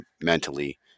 mentally